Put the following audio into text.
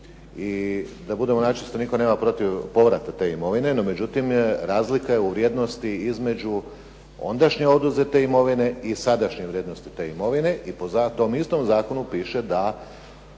I da budemo načisto nitko nema protiv povrata te imovine, no međutim razlika je u vrijednosti između ondašnje oduzete imovine i sadašnje vrijednosti te imovine. I po tom istom zakonu piše da